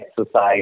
exercise